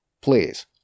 please